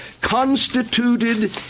constituted